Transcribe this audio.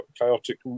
chaotic